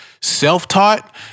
self-taught